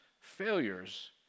failures